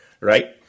right